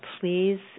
Please